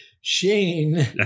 shane